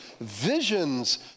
visions